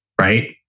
right